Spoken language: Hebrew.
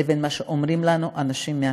לבין מה שאומרים לנו אנשים מהשטח.